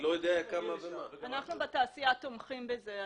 אנחנו בתעשייה תומכים בזה,